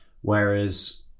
whereas